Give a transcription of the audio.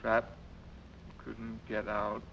trapped couldn't get out